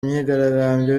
myigaragambyo